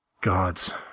Gods